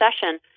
session